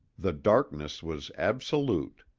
the darkness was absolute.